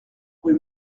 rue